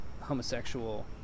homosexual